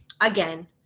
again